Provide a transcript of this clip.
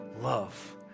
love